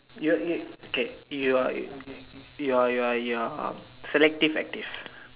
you you okay you are you you are you are you are selective active